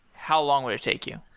how long would it take you?